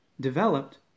developed